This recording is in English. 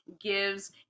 gives